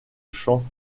chant